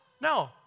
No